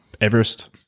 Everest